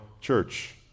church